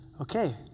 okay